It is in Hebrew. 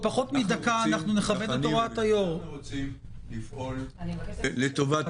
אנו רוצים לפעול לטובת